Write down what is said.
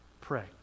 pray